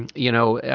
and you know,